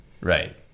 Right